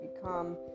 become